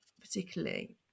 particularly